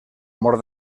mor